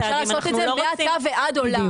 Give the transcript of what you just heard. אנחנו מבקשים לחייב את הממשלה לעשות את זה מעתה ועד עולם.